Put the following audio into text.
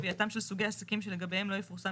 קביעתם של סוגי עסקים שלגביהם לא יפורסם